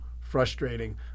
frustrating